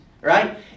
right